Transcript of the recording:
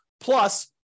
plus